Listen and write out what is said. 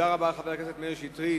חבר הכנסת מאיר שטרית.